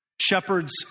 Shepherds